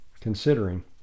considering